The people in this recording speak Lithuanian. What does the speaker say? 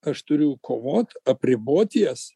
aš turiu kovoti apriboti jas